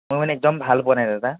মই মানে একদম ভাল পোৱা নাই দাদা